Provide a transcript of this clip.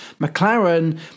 McLaren